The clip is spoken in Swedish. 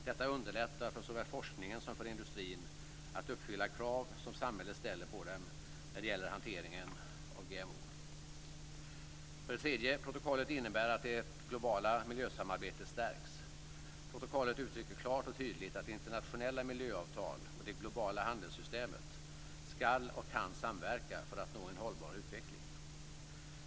Detta underlättar för såväl forskningen som industrin att uppfylla krav som samhället ställer på dem när det gäller hanteringen av GMO. För det tredje innebär protokollet att det globala miljösamarbetet stärks. Protokollet uttrycker klart och tydligt att internationella miljöavtal och det globala handelssystemet ska och kan samverka för att nå en hållbar utveckling.